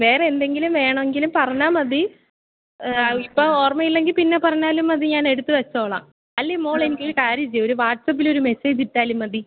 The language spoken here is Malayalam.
വേറെ എന്തെങ്കിലും വേണമെങ്കിലും പറഞ്ഞാൽ മതി ഇപ്പം ഓർമ്മയില്ലെങ്കിൽ പിന്നെ പറഞ്ഞാലും മതി ഞാൻ എടുത്ത് വച്ചോളാം അല്ലേൽ മോളെനിക്ക് ഒരു കാര്യം ചെയ്യുക വാട്സപ്പിൽ ഒരു മെസ്സേജ് ഇട്ടാലും മതി